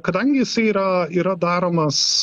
kadangi jisai yra yra daromas